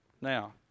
now